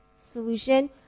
solution